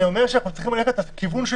אני אומר שאנחנו צריכים ללכת לכיוון של